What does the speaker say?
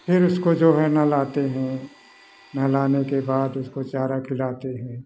फिर उसको जो है नहलाते हैं नहलाने के बाद उसको चारा खिलाते हैं